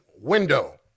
window